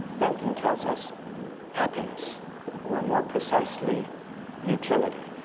bentham tells us happiness or more precisely utility.